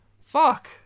Fuck